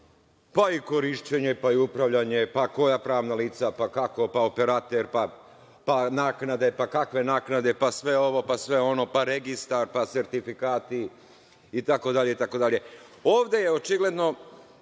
pa i korišćenje, pa i upravljanje, pa koja pravna lica, pa kako, pa operater, pa naknade, pa kakve naknade, pa sve ovo, pa sve ono, pa registar, pa sertifikati itd, itd. Ovde je očigledno